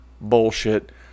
bullshit